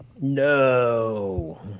No